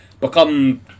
become